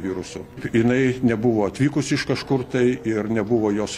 virusu jinai nebuvo atvykusi iš kažkur tai ir nebuvo jos